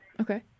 Okay